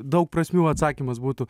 daug prasmių atsakymas būtų